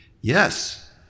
Yes